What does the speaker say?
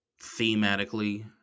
Thematically